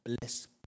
bless